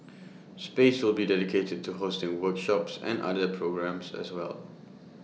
space will be dedicated to hosting workshops and other A programmes as well